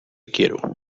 quiero